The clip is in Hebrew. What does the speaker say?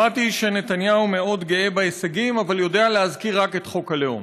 שמעתי שנתניהו מאוד גאה בהישגים אבל יודע להזכיר רק את חוק הלאום.